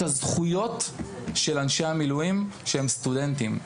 הזכויות של אנשי המילואים שהם סטודנטים.